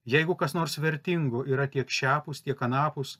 jeigu kas nors vertingo yra tiek šiapus tiek anapus